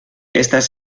estas